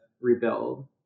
rebuild